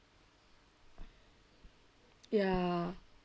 ya